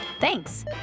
Thanks